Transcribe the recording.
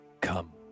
Come